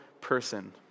person